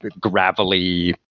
gravelly